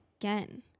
again